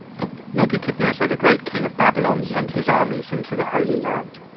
nebuchadnezzar, the great king of babylon, sent his armies into the holy land.